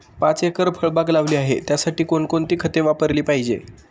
पाच एकर फळबाग लावली आहे, त्यासाठी कोणकोणती खते वापरली पाहिजे?